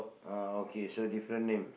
orh okay so different name